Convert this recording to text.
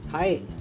Hi